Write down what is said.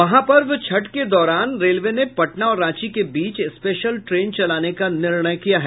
महापर्व छठ के दौरान रेलवे ने पटना और रांची के बीच स्पेशल ट्रेन चलाने का निर्णय किया है